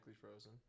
frozen